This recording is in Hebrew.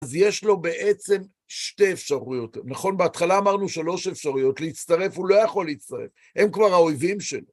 אז יש לו בעצם שתי אפשרויות, נכון? בהתחלה אמרנו שלוש אפשרויות, להצטרף הוא לא יכול להצטרף, הם כבר האויבים שלו.